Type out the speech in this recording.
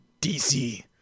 dc